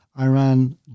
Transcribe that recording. Iran